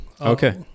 Okay